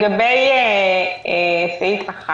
לגבי ניקיון